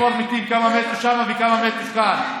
לא צריכים לספור מתים, כמה מתו כמה וכמה מתו כאן.